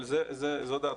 זו דעתך.